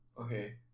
Okay